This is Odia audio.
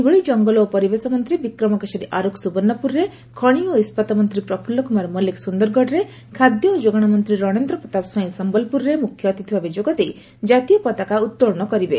ସେହିଭଳି ଜଙ୍ଗଲ ଓ ପରିବେଶ ମନ୍ତୀ ବିକ୍ରମ କେଶରୀ ଆର୍ଖ ସୁବର୍ଶ୍ୱପୁରରେ ଖଣି ଓ ଇସ୍ୱାତ ମନ୍ତୀ ପ୍ରଫୁଲ୍ଲ କୁମାର ମଲ୍ଲିକ୍ ସୁନ୍ଦରଗଡ଼ରେ ଖାଦ୍ୟ ଓ ଯୋଗାଣ ମନ୍ତୀ ରଣେନ୍ଦ୍ର ପ୍ରତାପ ସ୍ୱାଇଁ ସମ୍ୟଲପୁରରେ ମୁଖ୍ୟ ଅତିଥି ଭାବେ ଯୋଗଦେଇ କାତୀୟ ପାତକା ଉତ୍ତେଳନ କରିବେ